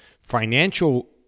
financial